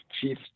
chief